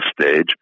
stage